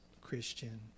Christian